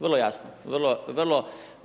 Vrlo jasno.